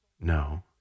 no